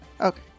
Okay